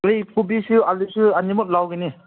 ꯅꯣꯏ ꯀꯣꯕꯤꯁꯨ ꯑꯥꯜꯂꯨꯁꯨ ꯑꯅꯤꯃꯛ ꯂꯧꯒꯅꯤ